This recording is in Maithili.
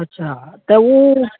अच्छा तऽ ओ